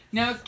now